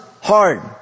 hard